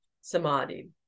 Samadhi